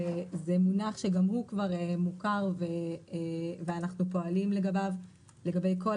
זה מונח שגם הוא כבר מוכר ואנחנו פועלים לגביו לגבי כל